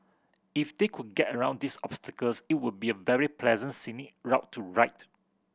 if they could get around these obstacles it would be a very pleasant scenic route to rite